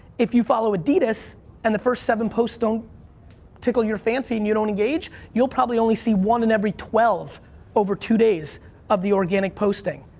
if you follow adidas and the first seven post don't tickle your fancy and you don't engage, you'll probably only see one and every twelve over two days of the organic posting.